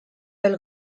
del